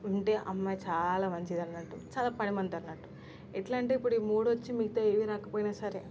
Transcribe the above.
ఉంటే అమ్మాయి చాల మంచిదన్నట్టు చాల పనిమంతన్నట్టు ఎట్లంటే ఇప్పుడు ఈ మూడొచ్చి మిగతావి ఏమి రాకపోయిన సరే